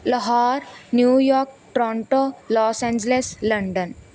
Lahore New York Toronto Los Angeles London